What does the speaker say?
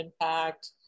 impact